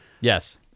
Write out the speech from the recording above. Yes